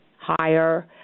higher